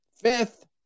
Fifth